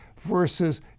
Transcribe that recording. versus